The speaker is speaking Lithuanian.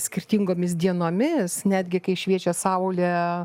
skirtingomis dienomis netgi kai šviečia saulė